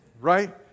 right